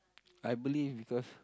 I believe because